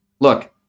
look